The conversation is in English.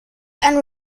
and